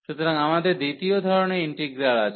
সুতরাং আমাদের দ্বিতীয় ধরণের ইন্টিগ্রাল আছে